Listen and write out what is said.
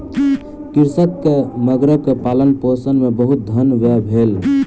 कृषक के मगरक पालनपोषण मे बहुत धन व्यय भेल